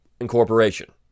incorporation